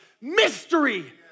mystery